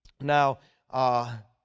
Now